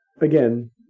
again